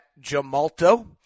Jamalto